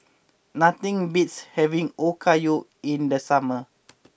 nothing beats having Okayu in the summer